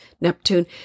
Neptune